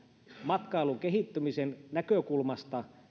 matkailun kehittämisen näkökulmasta